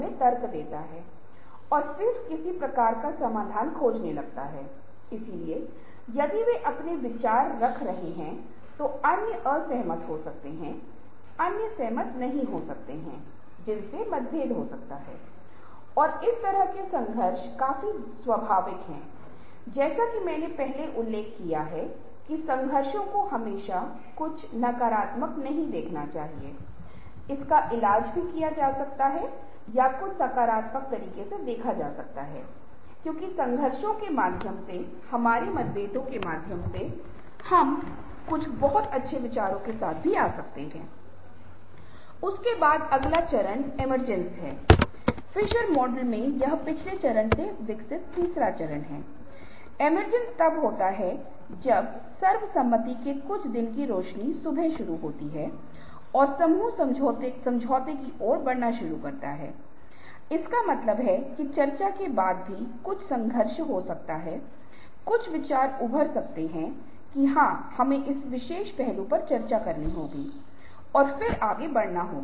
एकल अंत वाले दोहरे कैरियर परिवारों में पत्नियों का अध्ययन करने पर हमने पाया कि एकल कैरियर परिवारों में पत्नियां और दोहरे कैरियर वाले परिवारों में पति अधिक समकालिक हैं इसका मतलब है कि एकल कैरियर परिवार में पत्नियां एक ही समय स्लॉट के भीतर वे कई गतिविधियां करते हैं जबकि दोहरे कैरियर परिवारों में पति एक ही समय स्लॉट में कई और गतिविधियां करते हैं और शॉर्ट रेंज प्लानिंग भी समय प्रबंधन दृष्टिकोण है जहां सह ग्रेड में महत्वपूर्ण भविष्यवक्ता होते हैं अंक औसत और यह इस शैक्षिक योग्यता परीक्षा स्कोर की तुलना में अधिक है इसका मतलब है कि इस तथ्य को देखते हुए कि आपके पास शॉर्ट रेंज प्लानिंग है और अच्छे समय प्रबंधन के दृष्टिकोण से अधिक संभावना है कि आपके शैक्षणिक प्रदर्शन में सुधार होगा